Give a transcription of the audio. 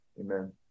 amen